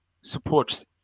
supports